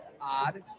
odd